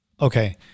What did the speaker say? Okay